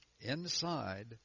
inside